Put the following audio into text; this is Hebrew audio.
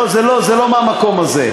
לא, זה לא, זה לא מהמקום הזה.